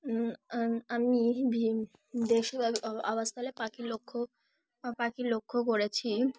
আম আমি ভে দেশে আবাসস্থলে পাখি লক্ষ্য পাখির লক্ষ্য করেছি